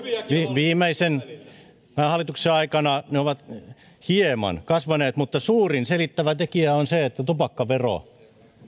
viimeisen hallituksen aikana ne ovat hieman kasvaneet mutta suurin selittävä tekijä on se että tupakkavero